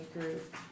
group